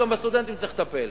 גם בסטודנטים צריך לטפל.